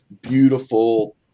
beautiful